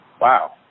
Wow